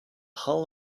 hull